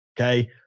Okay